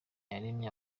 yaremye